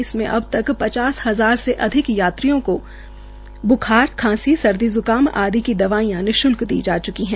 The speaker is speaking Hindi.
इसमें अब तक पचास हजार से अधिक यात्रियों को ब्खार खांसी सर्दी ज्काम आदि की दवाईयां निश्ल्क दी जा च्की है